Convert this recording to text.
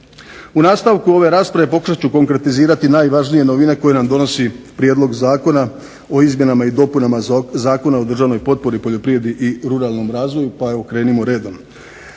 U nastavku ove rasprave pokušat ću konkretizirati najvažnije novine koje nam donosi prijedlog zakona o izmjenama i dopunama Zakona o državnoj potpori, poljoprivredi i ruralnom razvoju, pa evo krenimo redom.